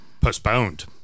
postponed